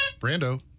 Brando